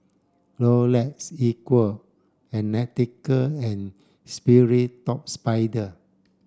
Rolex Equal and Nautica and Sperry Top Sider